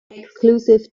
exclusive